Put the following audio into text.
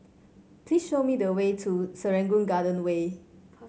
please show me the way to Serangoon Garden Way